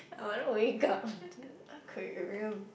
I wanna wake up onto an aquarium